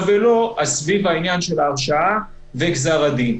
ולא אז סביב עניין ההרשעה וגזר הדין.